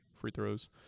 free-throws